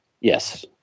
Yes